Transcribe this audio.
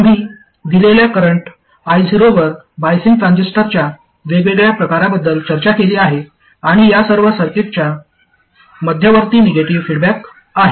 आम्ही दिलेल्या current I0 वर बायझिंग ट्रान्झिस्टरच्या वेगवेगळ्या प्रकाराबद्दल चर्चा केली आहे आणि या सर्व सर्किटसच्या मध्यवर्ती निगेटिव्ह फीडबॅक आहे